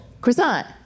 Croissant